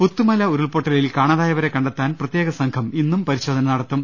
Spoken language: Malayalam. പുത്തുമല ഉരുൾപൊട്ടലിൽ കാണാതായവരെ കണ്ടെത്താൻ പ്ര ത്യേക സംഘം ഇന്നും പരിശോധന നടത്തും